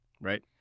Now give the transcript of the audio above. right